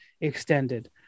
extended